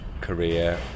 career